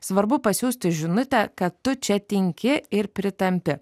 svarbu pasiųsti žinutę kad tu čia tinki ir pritampti